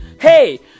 Hey